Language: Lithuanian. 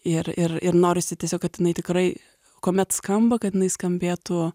ir ir ir norisi tiesiog kad inai tikrai kuomet skamba kad jinai skambėtų